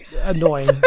annoying